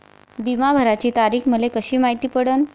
बिमा भराची तारीख मले कशी मायती पडन?